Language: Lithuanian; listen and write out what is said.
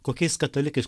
kokiais katalikais